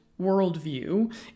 worldview